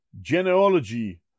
genealogy